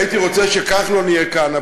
הייתי רוצה שכחלון יהיה כאן,